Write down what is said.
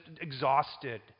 exhausted